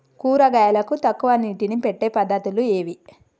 కూరగాయలకు తక్కువ నీటిని పెట్టే పద్దతులు ఏవి?